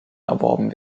erworben